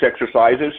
exercises